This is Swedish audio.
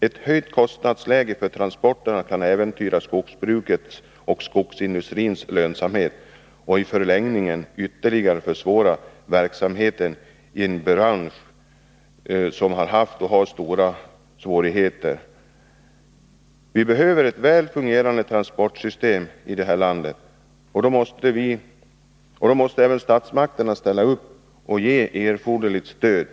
Ett högt kostnadsläge för transporterna kan äventyra skogbrukets och skogsindustrins lönsamhet och i förlängningen ytterligare försvåra verksamheten i en bransch som har haft och har stora svårigheter. Vi behöver ett väl fungerande transportsystem här i landet, och då måste statsmakterna ställa upp och ge erforderligt stöd.